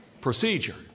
Procedure